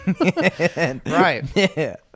Right